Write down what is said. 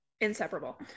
inseparable